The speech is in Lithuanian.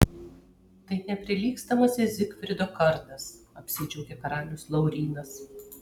tai neprilygstamasis zigfrido kardas apsidžiaugė karalius laurynas